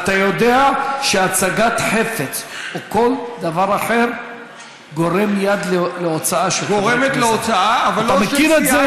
ואתה יודע שהצגת חפץ או כל דבר אחר גורמת מייד להוצאה של חבר כנסת.